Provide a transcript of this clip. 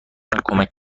کمک